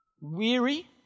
Weary